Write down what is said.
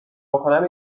بکنم